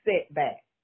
setback